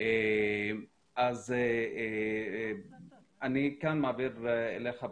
אני כאן מעביר אליך בחזרה,